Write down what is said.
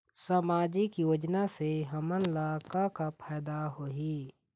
सामाजिक योजना से हमन ला का का फायदा होही?